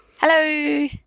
Hello